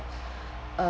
uh